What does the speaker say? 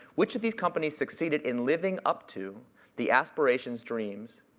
which of these companies succeeded in living up to the aspirations, dreams,